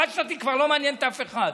חד-שנתי כבר לא מעניין אף אחד.